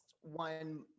one